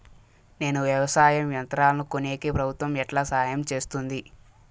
నేను వ్యవసాయం యంత్రాలను కొనేకి ప్రభుత్వ ఎట్లా సహాయం చేస్తుంది?